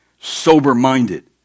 sober-minded